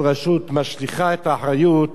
כל רשות משליכה את האחריות